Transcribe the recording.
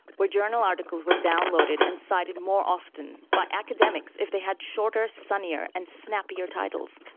where journal articles were downloaded and cited more often by academics if they had shorter, sunnier and snappy ah titles.